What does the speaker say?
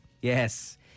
yes